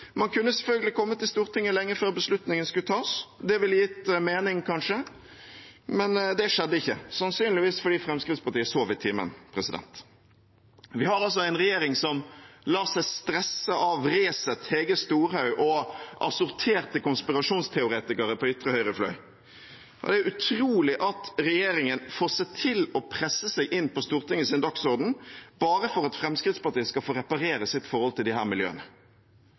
Man kunne selvfølgelig kommet til Stortinget lenge før beslutningen skulle tas. Det ville gitt mening, kanskje. Men det skjedde ikke, sannsynligvis fordi Fremskrittspartiet sov i timen. Vi har altså en regjering som lar seg stresse av Resett, Hege Storhaug og assorterte konspirasjonsteoretikere på ytre høyre fløy. Det er utrolig at regjeringen får seg til å presse seg inn på Stortingets dagsorden bare for at Fremskrittspartiet skal få reparere sitt forhold til disse miljøene. Her